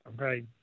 okay